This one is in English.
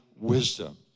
wisdom